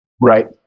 Right